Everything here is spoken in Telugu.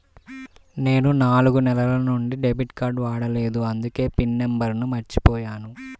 నేను నాలుగు నెలల నుంచి డెబిట్ కార్డ్ వాడలేదు అందుకే పిన్ నంబర్ను మర్చిపోయాను